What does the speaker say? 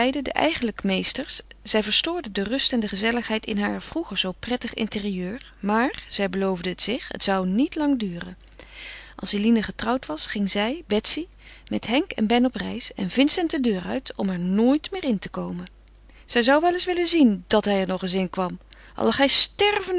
de eigenlijke meesters zij verstoorden de rust en de gezelligheid in haar vroeger zoo prettig interieur maar zij beloofde het zich het zou niet lang duren als eline getrouwd was ging zij betsy met henk en ben op reis en vincent de deur uit om er nooit meer in te komen ze zou wel eens willen zien dat hij er nog eens inkwam al lag hij stervende